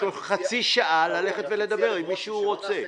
יש לו חצי שעה ללכת ולדבר עם מי שהוא רוצה.